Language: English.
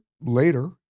later